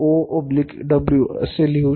तुम्ही OW लिहू शकता